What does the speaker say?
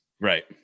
Right